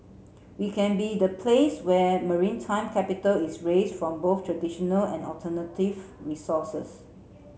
we can be the place where maritime capital is raised from both traditional and alternative resources